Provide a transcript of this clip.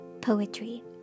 poetry